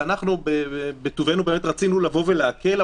שאנחנו בטובנו באמת רצינו לבוא ולהקל,